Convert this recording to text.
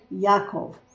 Yaakov